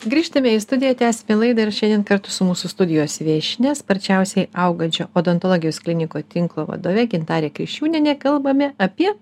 grįžtame į studiją tęsiame laidą ir šiandien kartu su mūsų studijos viešnia sparčiausiai augančia odontologijos klinikų tinklo vadovė gintare kriščiūniene kalbame apie